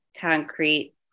concrete